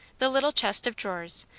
the little chest of drawers,